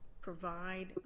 provide